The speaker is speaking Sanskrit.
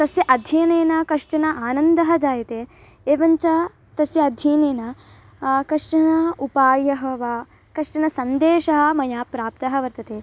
तस्य अध्ययनेन कश्चन आनन्दः जायते एवञ्च तस्य अध्ययनेन कश्चन उपायः वा कश्चन सन्देशः मया प्राप्तः वर्तते